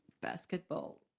basketball